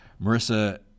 Marissa